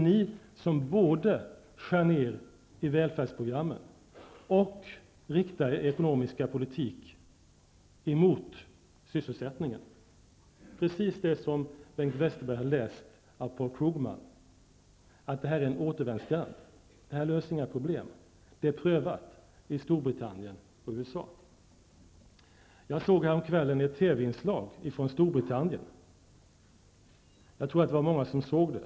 Ni både skär ned i välfärdsprogrammen och riktar er ekonomiska politik mot sysselsättningen, precis det som Bengt Westerberg har läst av Paul Krugman, nämligen att detta är en återvändsgränd och ingen lösning av problemen. Detta har prövats i Storbritannien och i USA. Jag såg häromkvällen ett TV-inslag från Storbritannien. Jag tror att det var många som såg det.